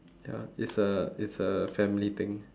ya it's a it's a family thing